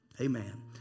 amen